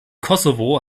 kosovo